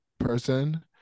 person